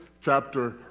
chapter